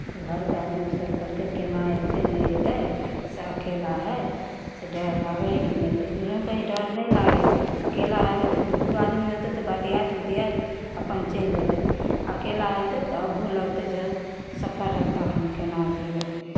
तऽ घरके आदमी सभ कहलकै केना अयतै नहि अयतै से अकेला हइ से डर लागै हइ कि नहि ई नहि कहियै डर नहि लागै हइ अकेला रहतै तऽ दू आदमी रहतै तऽ बतियाइत उतियाइत अपन चलि अयबै अकेला रहतै तऽ अबूह लगतै जे सफर रस्ता हम केना जेबै